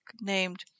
named